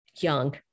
young